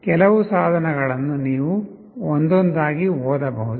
ಕೆಲವು ಸಾಧನಗಳನ್ನು ನೀವು ಒಂದೊಂದಾಗಿ ಓದಬಹುದು